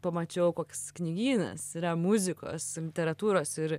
pamačiau koks knygynas yra muzikos literatūros ir